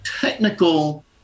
technical